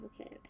Okay